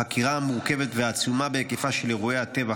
החקירה המורכבת והעצומה בהיקפה של אירועי הטבח,